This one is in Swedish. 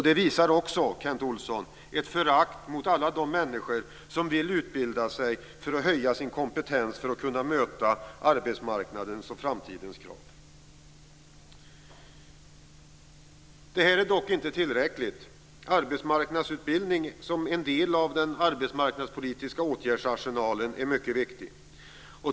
Det visar också, Kent Olsson, ett förakt mot alla de människor som vill utbilda sig för att höja sin kompetens för att kunna möta arbetsmarknadens krav i framtiden. Det här är dock inte tillräckligt. Arbetsmarknadsutbildning som en del av den arbetsmarknadspolitiska åtgärdsarsenalen är mycket viktig.